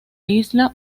isla